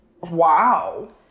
wow